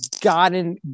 gotten